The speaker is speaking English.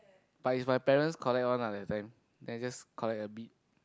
but is my parents collect one lah that time then I just collect a bit